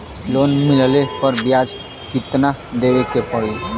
Loan मिलले पर ब्याज कितनादेवे के पड़ी?